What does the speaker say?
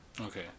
Okay